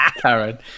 Karen